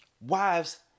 wives